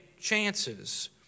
chances